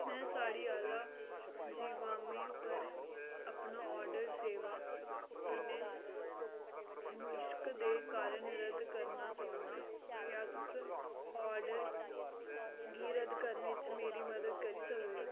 में साड़ी आह्ला जिवामे पर अपना ऑर्डर सेवा कन्नै नुक्श दे कारण रद्द करना चाह्न्नां क्या तुस ऑर्डर गी रद्द करने च मेरी मदद करी सकदे ओ